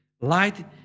Light